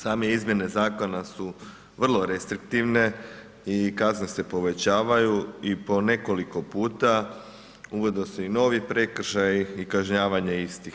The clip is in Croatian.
Same izmjene zakona su vrlo restriktivne i kazne se povećavaju i po nekoliko puta, uvode se i novi prekršaji i kažnjavanje istih.